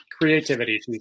creativity